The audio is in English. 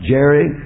Jerry